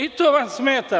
I to vam smeta?